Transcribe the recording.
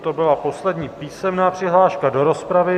To byla poslední písemná přihláška do rozpravy.